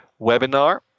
webinar